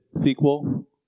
sequel